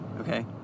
Okay